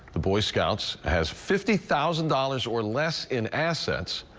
the boy scouts has fifty thousand dollars or less in assets,